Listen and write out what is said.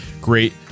great